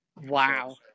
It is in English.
Wow